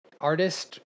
artist